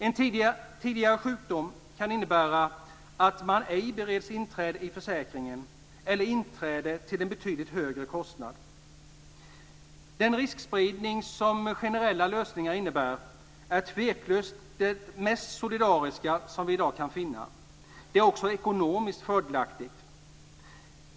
En tidigare sjukdom kan innebära att man ej bereds inträde i försäkringen eller innebära inträde till en betydligt högre kostnad. Den riskspridning som generella lösningar innebär är tveklöst det mest solidariska som vi i dag kan finna. Det är också ekonomiskt fördelaktigt.